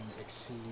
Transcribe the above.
exceed